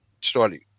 started